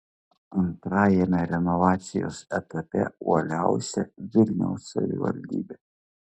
antrajame renovacijos etape uoliausia vilniaus savivaldybė